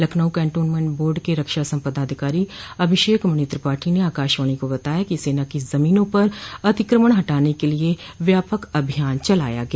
Lucknow cantonment board के रक्षा स सम्पदा अधिकारी अभिषेकमणि त्रिपाठी ने आकाशवाणी को बताया कि सेना की जमीनों पर अतिकमण हटाने के लिए व्यापक अभियान चलाया गया